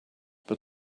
but